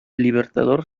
libertador